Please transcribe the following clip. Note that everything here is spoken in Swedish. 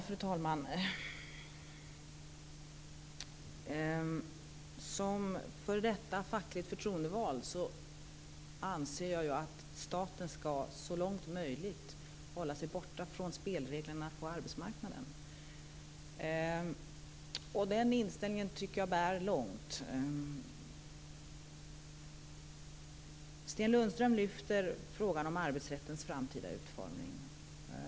Fru talman! Som f.d. fackligt förtroendevald anser jag ju att staten så långt som möjligt skall hålla sig borta från spelreglerna på arbetsmarknaden. Den inställningen tycker jag bär långt. Sten Lundström lyfter fram frågan om arbetsrättens framtida utformning.